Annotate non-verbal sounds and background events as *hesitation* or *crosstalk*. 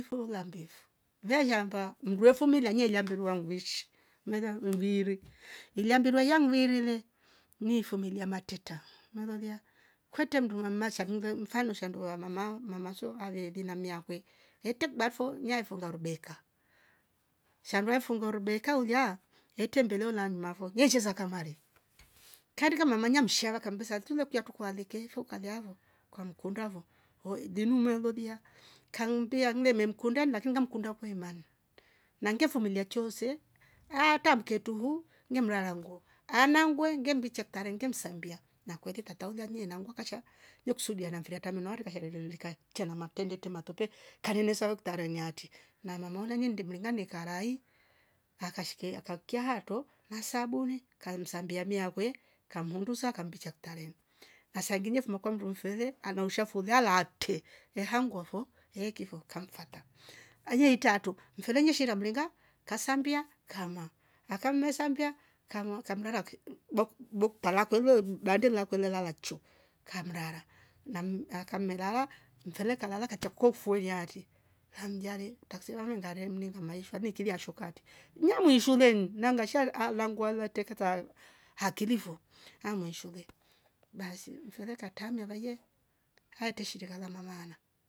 Mfulu hula mbivu vahiyamba ndwe fumilia nye riamblwe ngua nguichi mela muriri ilambiro yamriri le nie fumilia mateta malolia kwete mndana shamilai mfalosha ndoa mama mama swa ave vinamiakwe yete kuafo nya funga rubeka shandua funga rubeka holia hete mbele ulandu mafo yecheza kamare kandika mama nya mshaka kambesa mfilia kyatu aleke fukaliavo kamkunda vo ho edi mevolia kambia memenkunda lakini kamkunda kwa imani na ngia fumilia choose hata mketu huu ni mrara nguo hanangwe ngembicha ktare ngemsambia na kwere tata ulia menangwa kacha ye kusudia na mfira ataminware kashalololika chia maktende matope kanenesa ukta nereriati na mama ulanyindi mlanga nikarai akashe akakia hato masabuni kamsambia me hakwe kamhundusa kambich aktaremo na saa ngine fuma kwa ndumvedhe ana ushafu lalia ktee lehangwa fo heekifo kamfata ameitatu mfene ningshira mringa kasambia kamaa akamnsambia kama kamrara ke *hesitation* bande lakwelele lalakccho kamdara na mmh akamerara mfele kalala kachakua ufoliati lamjare takseva mm ngare mninga maisha mni kiria ashokati na mwi shulen na ngasha alangwa lateka hakili fo ama shule basi mfele tatamia vaye atishi rilala mamaana